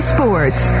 Sports